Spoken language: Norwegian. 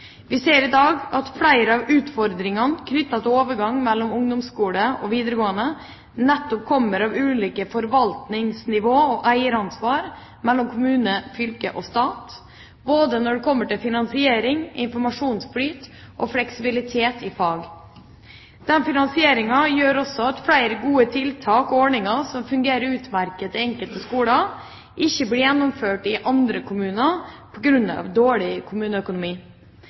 Vi ser i dag at flere av utfordringene knyttet til overgang mellom ungdomsskole og videregående nettopp kommer av ulike forvaltningsnivåer og eieransvar mellom kommune, fylke og stat, når det kommer til både finansiering, informasjonsflyt og fleksibilitet i fag. Denne finansieringa gjør også at flere gode tiltak og ordninger som fungerer utmerket i enkelte skoler, ikke blir gjennomført i andre kommuner på grunn av dårlig kommuneøkonomi.